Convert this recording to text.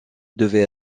devait